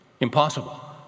Impossible